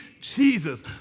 Jesus